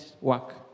work